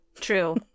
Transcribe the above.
True